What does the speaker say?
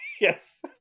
Yes